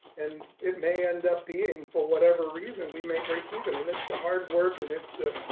and it may end up being for whatever reason we may break even. and it's the hard work. and it's the,